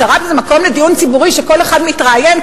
השר"פ זה מקום לדיון ציבורי שכל אחד מתראיין,